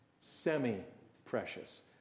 Semi-precious